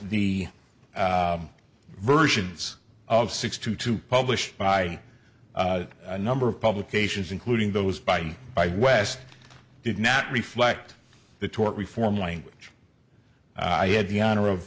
the versions of six to two published by a number of publications including those by west did not reflect the tort reform language i had the honor of